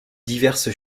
diverses